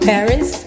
Paris